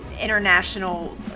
international